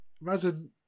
Imagine